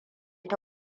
ta